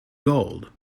gold